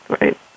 right